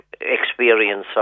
experience